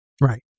Right